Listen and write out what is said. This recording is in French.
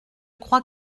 crois